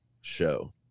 show